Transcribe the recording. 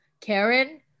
karen